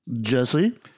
Jesse